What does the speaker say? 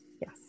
Yes